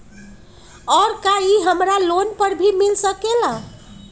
और का इ हमरा लोन पर भी मिल सकेला?